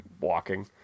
walking